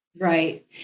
Right